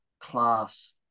class